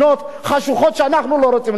לכן, לסיכום, אדוני היושב-ראש,